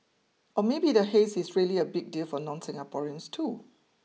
or maybe the haze is really a big deal for non Singaporeans too